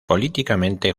políticamente